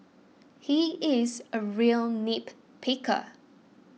he is a real nitpicker